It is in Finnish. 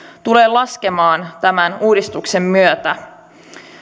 tulee laskemaan tämän uudistuksen myötä